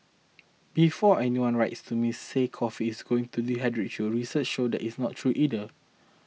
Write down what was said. before anyone writes to me say coffee is going to dehydrate you research shows that is not true either